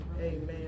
Amen